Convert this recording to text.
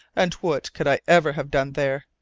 and what could i ever have done there?